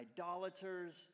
idolaters